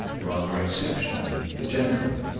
rather exceptionally a gentleman.